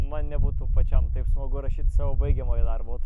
man nebūtų pačiam taip smagu rašyt savo baigiamojo darbo o tai